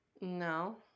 No